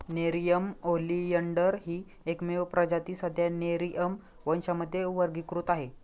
Nerium oleander ही एकमेव प्रजाती सध्या नेरिअम वंशामध्ये वर्गीकृत आहे